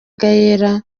gael